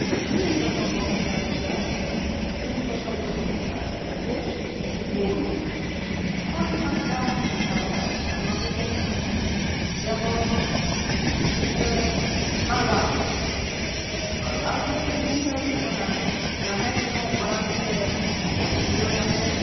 ᱟᱫᱚ ᱥᱤᱢ ᱜᱚᱛᱚᱢ ᱦᱚᱸ ᱚᱱᱠᱟ ᱞᱮᱠᱟ ᱥᱤᱢ ᱜᱚᱛᱚᱢ ᱫᱚᱠᱚ ᱢᱮᱛᱟᱜ ᱠᱟᱱᱟ ᱡᱮ ᱵᱩᱞᱩᱝ ᱱᱚᱜ ᱱᱚᱝᱠᱟ ᱞᱮᱠᱟ ᱟᱨᱚ ᱟᱭᱢᱟ ᱟᱭᱢᱟᱜᱮ ᱢᱮᱱᱟᱜ ᱟᱠᱟᱜᱼᱟ ᱡᱮᱢᱚᱱ ᱦᱳᱭᱛᱚ ᱢᱟᱸᱜᱟᱲ ᱜᱩᱯᱤ ᱢᱟᱸᱜᱟᱲ ᱜᱩᱯᱤ ᱫᱚ ᱱᱤᱭᱟᱹ ᱦᱩᱭᱩᱜ ᱠᱟᱱᱟ ᱡᱟᱦᱟᱸᱭ ᱠᱚ ᱢᱟᱲᱟᱝ ᱛᱮ ᱜᱚᱡᱼᱜᱩᱨ ᱟᱠᱟᱱᱮ